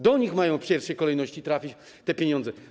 Do nich mają w pierwszej kolejności trafić te pieniądze.